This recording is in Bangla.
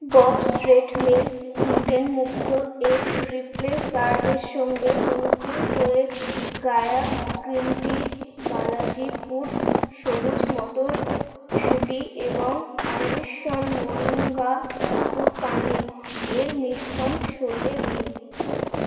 ববস রেড মিল গ্লুটেনমুক্ত এক রিপ্লেসার এর সঙ্গে অনুগ্রহ করে Gaia green tea Balaji foods সবুজ মটর সুটি এবং অনবেশণ মরিঙ্গা ছাতুর পানীয় এর মিশ্রণ সরিয়ে দিন